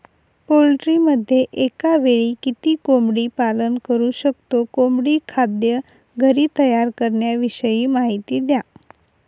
पोल्ट्रीमध्ये एकावेळी किती कोंबडी पालन करु शकतो? कोंबडी खाद्य घरी तयार करण्याविषयी माहिती द्या